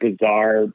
bizarre